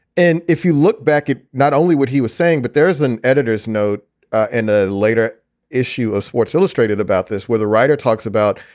and if you look back at not only what he was saying, but there is an editor's note in a later issue of sports illustrated about this, where the writer talks about,